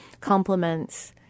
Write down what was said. compliments